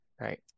Right